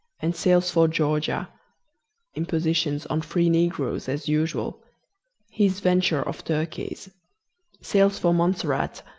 and sails for georgia impositions on free negroes as usual his venture of turkies sails for montserrat,